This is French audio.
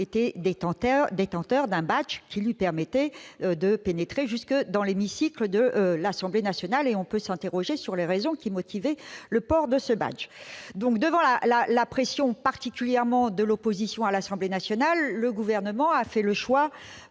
était détenteur d'un badge qui lui permettait de pénétrer jusque dans l'hémicycle de l'Assemblée nationale. On peut s'interroger sur les raisons qui motivaient la possession de ce badge. Devant la pression, notamment celle de l'opposition à l'Assemblée nationale, le Gouvernement a entendu